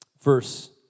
verse